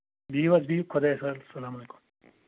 بِہِو حظ بِہِو خۄدایَس حَوالہٕ السلام علیکُم